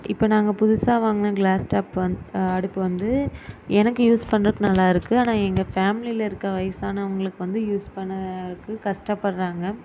இப்போ நாங்கள் புதுசாக வாங்கின கிளாஸ் டாப் வந் அடுப்பு வந்து எனக்கு யூஸ் பண்ணுறதுக்கு நல்லாயிருக்கு ஆனால் எங்கள் ஃபேமிலியில இருக்க வயசானவங்களுக்கு வந்து யூஸ் பண்ணுறக்கு கஷ்டப்படுறாங்க